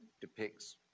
depicts